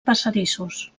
passadissos